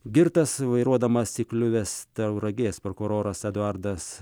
girtas vairuodamas įkliuvęs tauragės prokuroras eduardas